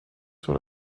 sur